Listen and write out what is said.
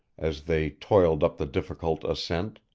as they toiled up the difficult ascent,